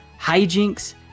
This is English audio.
hijinks